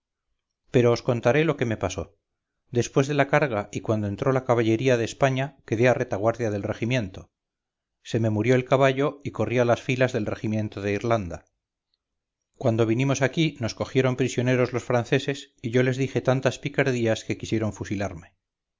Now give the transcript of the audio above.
pero os contaré lo que me pasó después de la carga y cuando entró la caballería de españa quedé a retaguardia del regimiento se me murió el caballo y corrí a las filas del regimiento de irlanda cuando vinimos aquí nos cogieron prisioneros los franceses y yo les dije tantas picardías que quisieron fusilarme